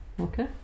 Okay